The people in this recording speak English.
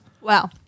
Wow